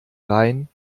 rein